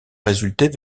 résulter